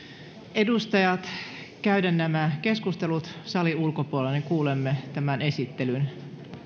edustajat käydä nämä keskustelut salin ulkopuolella niin kuulemme tämän esittelyn